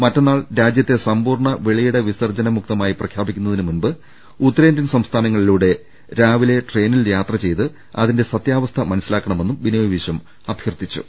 മറ്റന്നാൾ രാജ്യത്തെ സമ്പൂർണ്ണ വെളിയിട വിസർജ്ജന മുക്തമായി പ്രഖ്യാപിക്കുന്നതിനുമുമ്പ് ഉത്തരേന്ത്യൻ സംസ്ഥാനങ്ങളിലൂടെ രാവിലെ ട്രെയിനിൽ യാത്ര ചെയ്ത് അതിന്റെ സത്യാവസ്ഥ മനസ്സിലാക്കണമെന്നും ബിനോയ് വിശ്വം അഭ്യർത്ഥിച്ചു